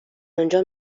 آنجا